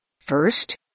First